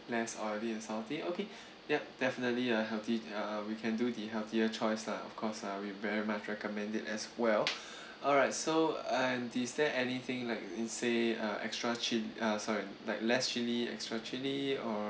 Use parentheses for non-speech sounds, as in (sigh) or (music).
less oily and salty okay (breath) ya definitely a healthy uh we can do the healthier choice lah of course lah we very much recommend it as well (breath) alright so and is there anything like in say a extra chi~ uh sorry like less chili extra chili or